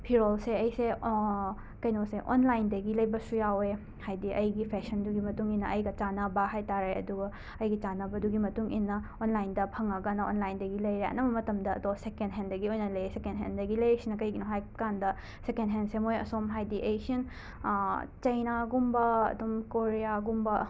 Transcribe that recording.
ꯐꯤꯔꯣꯜꯁꯦ ꯑꯩꯁꯦ ꯀꯩꯅꯣꯁꯦ ꯑꯣꯟꯂꯥꯏꯟꯗꯒꯤ ꯂꯩꯕꯁꯨ ꯌꯥꯎꯋꯦ ꯍꯥꯏꯗꯤ ꯑꯩꯒꯤ ꯐꯦꯁꯟꯗꯨꯒꯤ ꯃꯇꯨꯡ ꯏꯟꯅ ꯑꯩꯒ ꯆꯥꯟꯅꯕ ꯍꯥꯏ ꯇꯥꯔꯦ ꯑꯗꯨꯒ ꯑꯩꯒꯤ ꯆꯥꯟꯅꯕꯗꯨꯒꯤ ꯃꯇꯨꯡ ꯏꯟꯅ ꯑꯣꯟꯂꯥꯏꯟꯗ ꯐꯪꯉꯒꯅ ꯑꯣꯟꯂꯥꯏꯟꯗꯒꯤ ꯂꯩꯔꯦ ꯑꯅꯝꯕ ꯃꯇꯝꯗ ꯑꯗꯣ ꯁꯦꯀꯦꯟ ꯍꯦꯟꯗꯒꯤ ꯑꯣꯏꯅ ꯂꯩꯌꯦ ꯁꯦꯀꯦꯟ ꯍꯦꯟꯗꯒꯤ ꯂꯩꯔꯤꯁꯤꯅ ꯀꯔꯤꯒꯤꯅꯣ ꯍꯥꯏꯕ ꯀꯥꯟꯗ ꯁꯦꯀꯦꯟ ꯍꯦꯟꯁꯦ ꯃꯣꯏ ꯑꯁꯣꯝ ꯍꯥꯏꯗꯤ ꯑꯦꯁ꯭ꯌꯟ ꯆꯩꯅꯥꯒꯨꯝꯕ ꯑꯗꯨꯝ ꯀꯣꯔꯤꯌꯥꯒꯨꯝꯕ